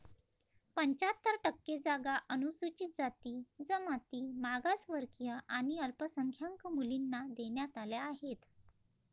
पंच्याहत्तर टक्के जागा अनुसूचित जाती, जमाती, मागासवर्गीय आणि अल्पसंख्याक मुलींना देण्यात आल्या आहेत